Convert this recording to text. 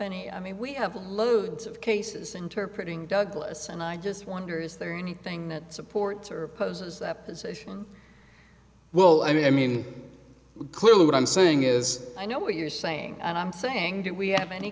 any i mean we have loads of cases interpret in douglas and i just wonder is there anything that supports or opposes that position well i mean mean i clearly what i'm saying is i know what you're saying and i'm saying that we have many